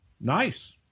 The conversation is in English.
Nice